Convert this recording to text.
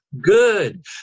good